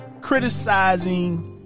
criticizing